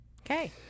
Okay